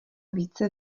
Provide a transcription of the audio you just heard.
více